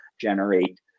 generate